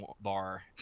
bar